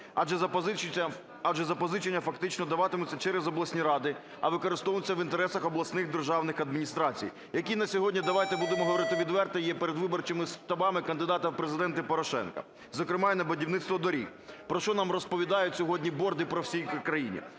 Адже запозичення фактично даватимуться через обласні ради, а використовуватимуться в інтересах обласних державних адміністрацій, які на сьогодні, давайте будемо говорити відверто, є передвиборчими штабами кандидата в Президенти Порошенка. Зокрема, і на будівництво доріг, про що нам розповідають сьогодні борди по всій країні.